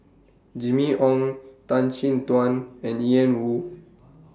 Jimmy Ong Tan Chin Tuan and Ian Woo